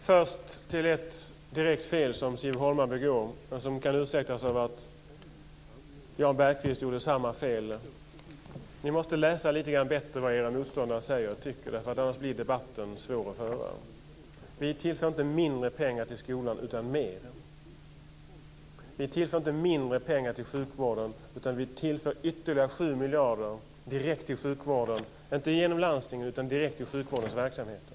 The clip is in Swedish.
Fru talman! Först till ett direkt fel som Siv Holma begår, men som kan ursäktas av att Jan Bergqvist gjorde samma fel. Ni måste läsa lite bättre vad era motståndare tycker och säger, annars blir debatten svår att föra. Vi tillför inte mindre pengar till skolan utan mer. Vi tillför inte mindre pengar till sjukvården, utan vi tillför ytterligare 7 miljarder direkt till sjukvården - inte genom landstinget, utan direkt till sjukvårdens verksamheter.